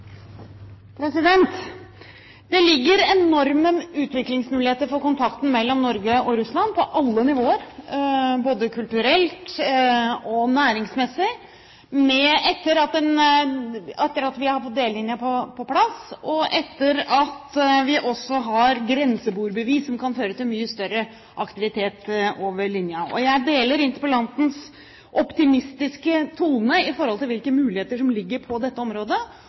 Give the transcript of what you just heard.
Det ligger enorme utviklingsmuligheter i kontakten mellom Norge og Russland på alle nivåer, både kulturelt og næringsmessig, etter at vi har fått delelinjen på plass, og etter at vi også har fått grenseboerbevis, som kan føre til mye større aktivitet over linjen. Jeg deler interpellantens optimistiske tone når det gjelder hvilke muligheter som ligger på dette området.